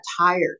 tired